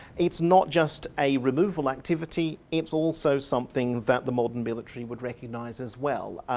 it's not just a removal activity, it's also something that the modern military would recognise as well.